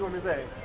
to say